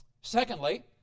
Secondly